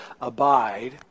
Abide